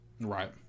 Right